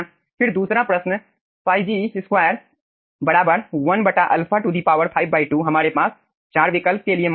फिर दूसरा प्रश्न ϕg 2 1 α 52 हमारे पास चार विकल्प के लिए मान्य है